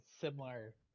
similar